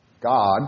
God